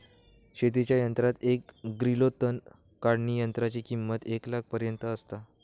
शेतीच्या यंत्रात एक ग्रिलो तण काढणीयंत्राची किंमत एक लाखापर्यंत आसता